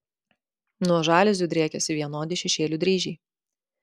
nuo žaliuzių driekiasi vienodi šešėlių dryžiai